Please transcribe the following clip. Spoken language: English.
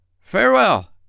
Farewell